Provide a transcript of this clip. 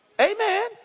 amen